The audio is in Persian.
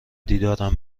دیدارم